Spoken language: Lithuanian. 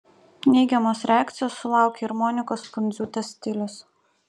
neigiamos reakcijos sulaukė ir monikos pundziūtės stilius